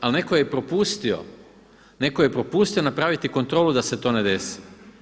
Ali netko je i propustio, netko je propustio napraviti kontrolu da se to ne desi.